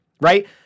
right